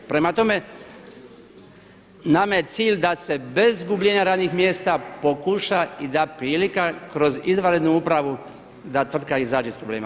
Prema tome, nama je cilj da se bez gubljenja radnih mjesta pokuša i da prilika kroz izvanrednu upravu da tvrtka izađe iz problema.